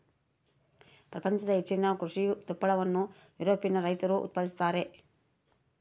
ಪ್ರಪಂಚದ ಹೆಚ್ಚಿನ ಕೃಷಿ ತುಪ್ಪಳವನ್ನು ಯುರೋಪಿಯನ್ ರೈತರು ಉತ್ಪಾದಿಸುತ್ತಾರೆ